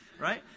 right